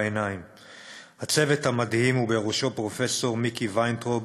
הצוות המדהים, ובראשו פרופסור מיקי ויינטראוב,